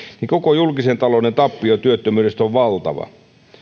niin koko julkisen talouden tappio työttömyydestä on valtava